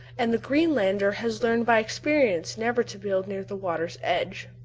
and the greenlander has learned by experience never to build near the water's edge,